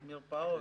מעונות, מרפאות.